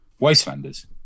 Wastelanders